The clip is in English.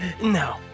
No